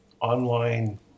online